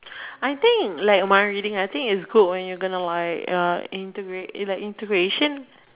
I think like my reading I think is good when your going like uh integration